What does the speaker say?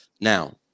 Now